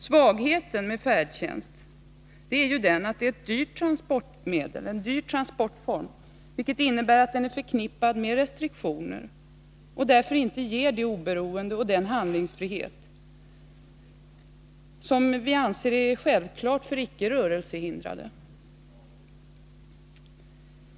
Svagheten med färdtjänst är att den är en dyr transportform, vilket innebär att den är förknippad med restriktioner och därför inte ger det oberoende och den handlingsfrihet som vi anser vara självklara för icke rörelsehindrade.